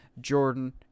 Jordan